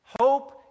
Hope